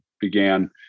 began